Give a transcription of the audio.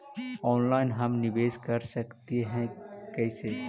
Online हम निवेश कर सकते है, कैसे?